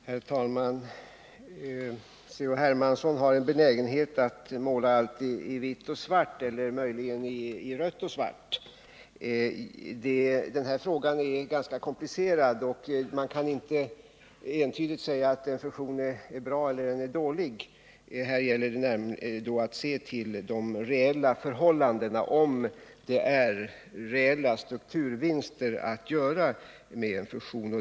Herr talman! Carl-Henrik Hermansson har en benägenhet att måla allt i vitt och svart eller möjligen i rött och svart. Den här frågan är ganska komplicerad, och man kan inte entydigt säga att en fusion är bra eller dålig. Här gäller det att se till de reella förhållandena, om det är reella strukturvinster att göra med-en fusion.